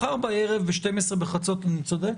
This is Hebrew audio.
מחר בערב, בחצות אני צודק?